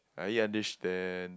I understand